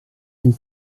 une